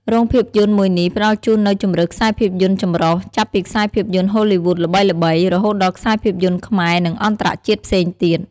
រោងភាពយន្តមួយនេះផ្តល់ជូននូវជម្រើសខ្សែភាពយន្តចម្រុះ ចាប់ពីខ្សែភាពយន្តហូលីវូដល្បីៗ រហូតដល់ខ្សែភាពយន្តខ្មែរ និងអន្តរជាតិផ្សេងទៀត។